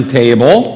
table